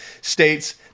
states